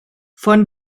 von